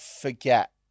forget